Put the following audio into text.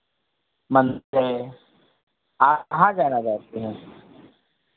मन्दिर है आप कहाँ जाना चाहते हैं